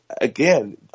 again